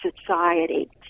society